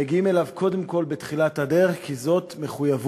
מגיעים אליו קודם כול בתחילת הדרך כי זאת מחויבות,